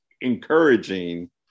encouraging